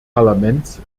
parlaments